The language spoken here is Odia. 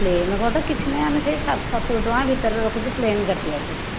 ପ୍ଲେନ୍ କଟ୍ କିଛି ନାହିଁ ଆମେ ସେ ସତୁରି ଟଙ୍କା ଭିତରେ ରଖୁଛୁ ପ୍ଲେନ୍ କାଟିବାକୁ